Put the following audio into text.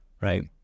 right